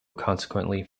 consequently